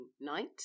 night